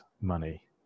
money